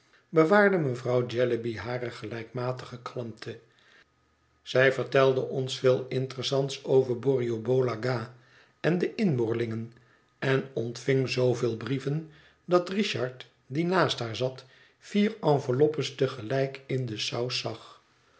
bewaarde mevrouw jellyby hare gelijkmatige kalmte zij vertelde ons veel interessants over borrioboola gha en de inboorlingen en ontving zooveel brieven dat richard die naast haar zat vier enveloppes te gelijk in de saus zag